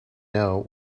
know